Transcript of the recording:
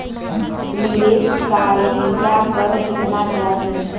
निवेश काइला पर कितना ब्याज मिली?